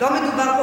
לא מדובר פה